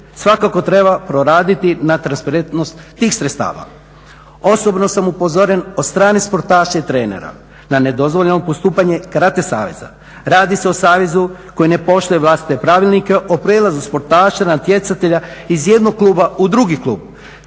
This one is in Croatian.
Svakako treba proraditi na transparentnost tih sredstava. Osobno sam upozoren od strane sportaša i trenera na nedozvoljeno postupanje karate saveza. Radi se o savezu koji ne poštuje vlastite pravilnike o prijelazu sportaša, natjecatelja iz jednog kluba u drugi klub.